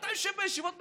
אתה יושב בישיבות ממשלה.